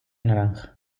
naranja